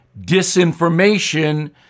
disinformation